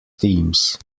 teams